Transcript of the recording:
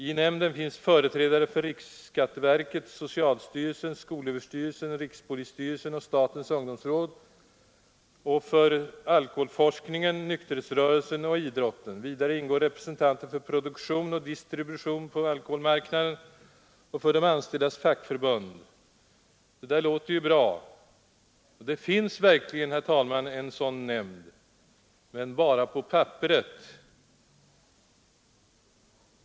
I nämnden finns företrädare för RSV, socialstyrelsen, skolöverstyrelsen, rikspolisstyrelsen och statens ungdomsråd samt för alkoholforskningen, nykterhetsrörelsen och idrotten. Vidare ingår representanter för produktion och distribution på alkoholmarknaden och för de där anställdas fackförbund.” Det finns verkligen, herr talman, en sådan nämnd — men bara på papperet.